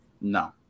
No